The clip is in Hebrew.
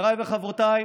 חבריי וחברותיי,